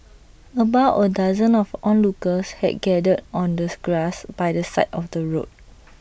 about A dozen of onlookers had gathered on the grass by the side of the road